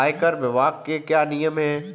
आयकर विभाग के क्या नियम हैं?